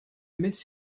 miss